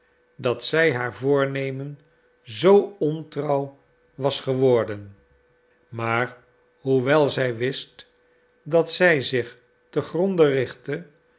dat zij haar voornemen zoo ontrouw was geworden maar hoewel zij wist dat zij zich te gronde richtte